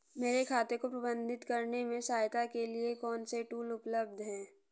मेरे खाते को प्रबंधित करने में सहायता के लिए कौन से टूल उपलब्ध हैं?